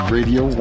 Radio